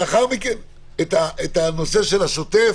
לאחר מכן בנושא של השוטף